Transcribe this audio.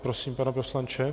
Prosím, pane poslanče.